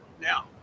Now